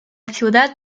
ciudad